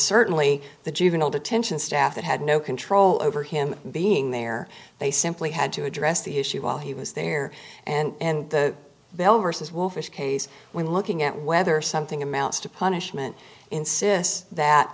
certainly the juvenile detention staff that had no control over him being there they simply had to address the issue while he was there and the bell versus wolfish case we're looking at whether something amounts to punishment insist that